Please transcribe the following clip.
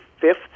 fifth